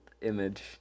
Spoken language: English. image